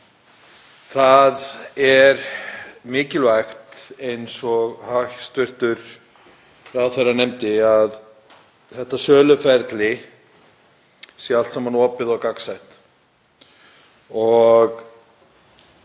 Það er mikilvægt, eins og hæstv. ráðherra nefndi, að söluferlið sé allt saman opið og gagnsætt